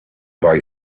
boy